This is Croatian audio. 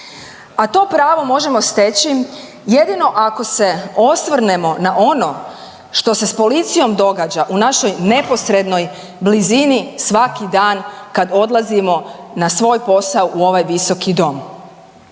A to pravo možemo steći jedino ako se osvrnemo na ono što se s policijom događa u našoj neposrednoj blizini svaki dan kad odlazimo na svoj posao u ovaj visoki dom.